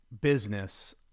business